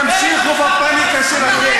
תמשיכו בפניקה שלכם.